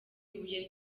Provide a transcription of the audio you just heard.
ibuye